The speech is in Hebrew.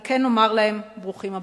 על כן נאמר להם: ברוכים הבאים.